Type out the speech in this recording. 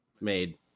made